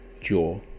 jaw